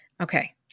Okay